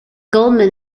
goldman